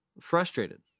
frustrated